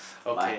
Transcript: my